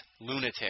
lunatic